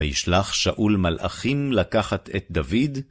וישלח שאול מלאכים לקחת את דוד.